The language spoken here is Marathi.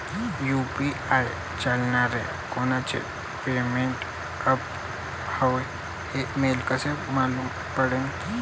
यू.पी.आय चालणारं कोनचं पेमेंट ॲप हाय, हे मले कस मालूम पडन?